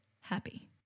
happy